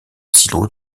silo